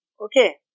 okay